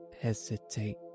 hesitate